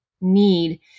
need